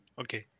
okay